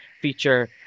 feature